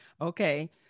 Okay